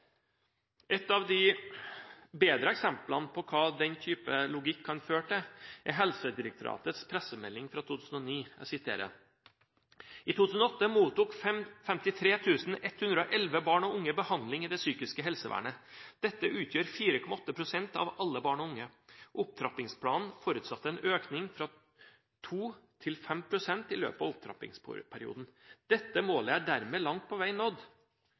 Et av de bedre eksemplene på hva den type logikk kan føre til, er Helsedirektoratets pressemelding fra 2009: «I 2008 mottok 53 111 barn og unge behandling i det psykiske helsevernet. Dette utgjør 4,8 prosent av alle barn og unge. Opptrappingsplanen forutsatte en økning fra 2,0 til 5,0 prosent i løpet av opptrappingsperioden. Dette målet er dermed langt på vei nådd.»